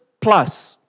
plus